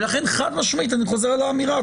לכן חד משמעית אני חוזר על האמירה,